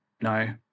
No